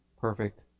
perfect